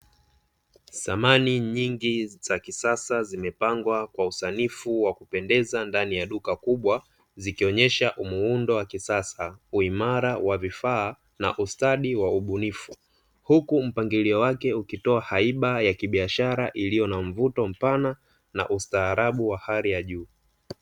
Samani nyingi za kisasa zimepangwa kwa usanifu wa kupendeza ndani ya duka kubwa zikionyesha umuundo wa kisasa, uimara wa vifaa na ustadi wa ubunifu huku mpangilio wake ukitoa haiba ya kibiashara iliyo na mvuto mpana na ustaarabu wa hali ya juu.